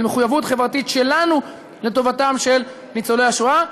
מחויבות חברתית שלנו לטובתם של ניצולי השואה,